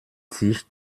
sich